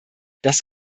das